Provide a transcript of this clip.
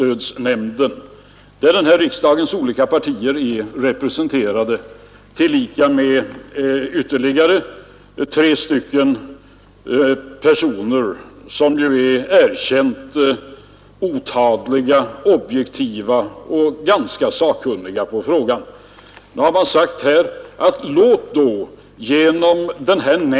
I nämnden finns representanter för riksdagens olika partier tillika med ytterligare tre personer, som är erkänt otadliga, objektiva och ganska sakkunniga i den här frågan.